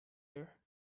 air